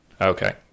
Okay